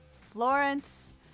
Florence